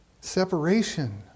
separation